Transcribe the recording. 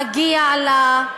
מגיע לה,